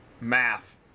math